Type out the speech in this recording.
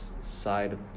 side